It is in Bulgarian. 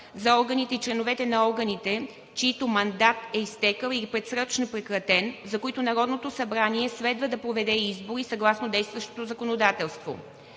за органите и членовете на органите, чийто мандат е изтекъл или предсрочно прекратен, за които Народното събрание следва да проведе избори съгласно действащото законодателство: